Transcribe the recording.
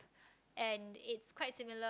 and it's quite similar